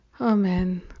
Amen